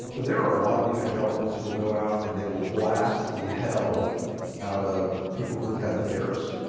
there are a lot of evangelicals who will go out and they will blast the hell out of people who have had affairs